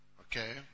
Okay